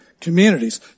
communities